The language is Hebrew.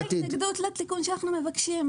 אז למה ההתנגדות לתיקון שאנחנו מבקשים?